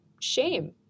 shame